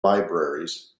libraries